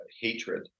hatred